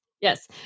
Yes